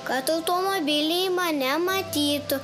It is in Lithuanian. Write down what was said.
kad automobilai mane matytų